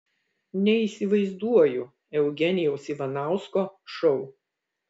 neįsivaizduoju eugenijaus ivanausko šou